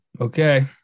okay